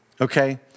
okay